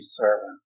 servant